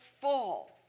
full